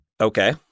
Okay